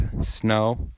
snow